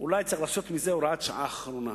שאולי צריך לעשות מזה הוראת שעה אחרונה.